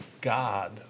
God